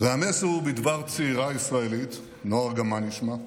והמסר הוא בדבר צעירה ישראלית, נועה ארגמני שמה,